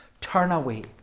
Turnaway